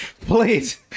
please